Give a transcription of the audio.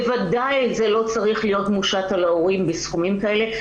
בוודאי שזה לא צריך להיות מושת על ההורים בסכומים כאלה.